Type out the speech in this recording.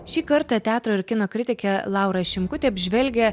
šį kartą teatro ir kino kritikė laura šimkutė apžvelgia